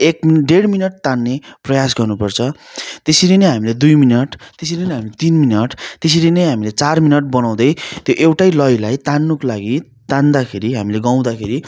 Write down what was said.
एक डेढ मिनट तान्ने प्रयास गर्नु पर्छ त्यसरी नै हामीले दुई मिनट त्यसरी नै हामीले तिन मिनट त्यसरी नै हामीले चार मिनट बनाउँदै त्यो एउटै लयलाई तान्नुको लागि तान्दाखेरि हामीले गाउँदाखेरि